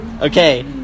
Okay